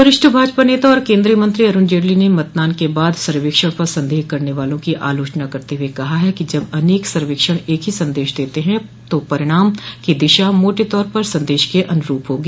वरिष्ठ भाजपा नेता और केंद्रीय मंत्री अरुण जेटली ने मतदान बाद के सर्वेक्षण पर संदेह करने वालों की आलोचना करते हुए कहा है कि जब अनेक सर्वेक्षण एक ही संदेश देते हैं तो परिणाम की दिशा मोटे तौर पर संदेश के अनुरूप होगी